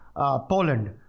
Poland